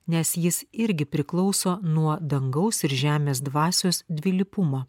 nes jis irgi priklauso nuo dangaus ir žemės dvasios dvilypumo